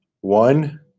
One